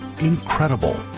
Incredible